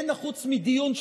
אין נחוץ מדיון,